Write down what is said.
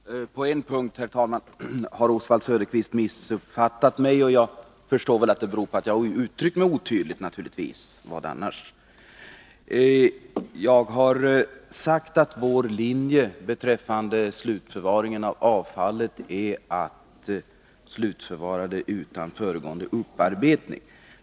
Herr talman! På en punkt har Oswald Söderqvist missuppfattat mig, och jag förstår att det naturligtvis beror på att jag har uttryckt mig otydligt — vad annars? Jag har sagt att vår linje beträffande slutförvaring av avfallet är att det skall slutförvaras utan föregående upparbetning.